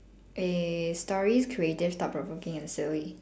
eh stories creative thought provoking and silly